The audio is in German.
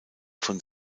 von